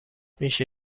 میشه